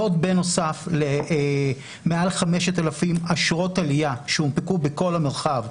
זאת בנוסף למעל 5,000 אשרות עלייה שהונפקו בכל המרחב,